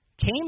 came